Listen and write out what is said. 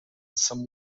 some